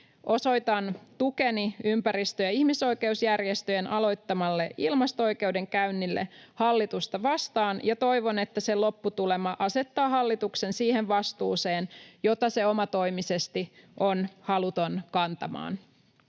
Osoitan tukeni ympäristö- ja ihmisoikeusjärjestöjen aloittamalle ilmasto-oikeudenkäynnille hallitusta vastaan, ja toivon, että sen lopputulema asettaa hallituksen siihen vastuuseen, jota se omatoimisesti on haluton kantamaan.